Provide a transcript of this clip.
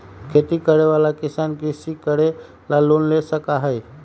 खेती करे वाला किसान कृषि करे ला लोन ले सका हई